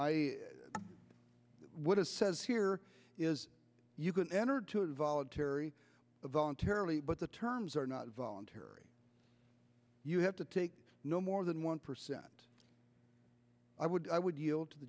i what it says here is you can enter to a voluntary voluntarily but the terms are not voluntary you have to take no more than one percent i would i would yield to the